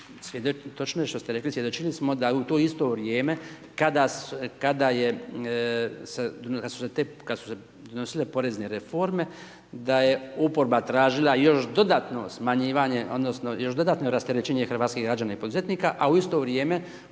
točno je što ste rekli, svjedočili smo da u to isto vrijeme kada su se donosile porezne reforme, da je oporba tražila još dodatno smanjivanje odnosno još dodatno rasterećenje hrvatskih građana i poduzetnika a u isto vrijeme,